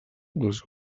les